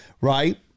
right